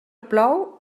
plou